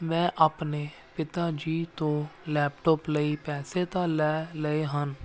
ਮੈਂ ਆਪਣੇ ਪਿਤਾ ਜੀ ਤੋਂ ਲੈਪਟੋਪ ਲਈ ਪੈਸੇ ਤਾਂ ਲੈ ਲਏ ਹਨ